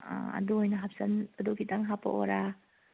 ꯑꯥ ꯑꯗꯨ ꯑꯣꯏꯅ ꯑꯗꯨ ꯈꯤꯇꯪ ꯍꯥꯞꯄꯛꯑꯣꯔꯥ